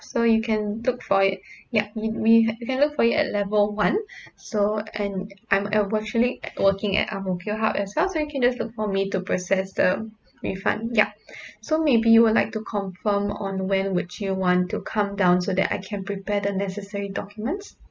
so you can look for it yup we we you can look for it at level one so and I'm I'm fortunately working at ang mo kio hub as well so you can just look for me to process the refund yup so maybe you would like to confirm on when would you want to come down so that I can prepare the necessary documents